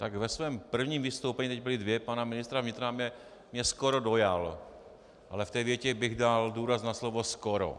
Tak ve svém prvním vystoupení, teď byla dvě, pana ministra vnitra mě skoro dojal, ale v té větě bych dal důraz na slovo skoro.